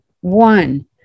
One